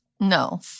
No